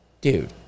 dude